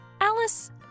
Alice